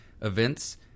events